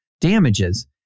damages